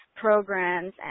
programs